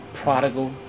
Prodigal